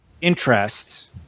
interest